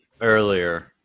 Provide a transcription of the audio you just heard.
earlier